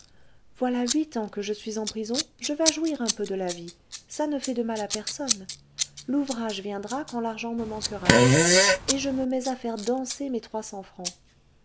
voilà huit ans que je suis en prison je vas jouir un peu de la vie ça ne fait de mal à personne l'ouvrage viendra quand l'argent me manquera et je me mets à faire danser mes trois cents francs